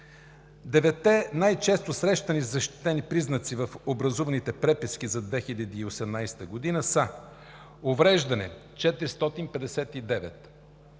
Деветте най-често срещани защитени признака в образуваните преписки за 2018 г. са: „увреждане“ – 459